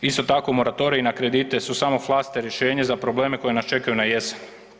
Isto tako moratoriji na kredite su samo flaster rješenje za probleme koji nas čekaju na jesen.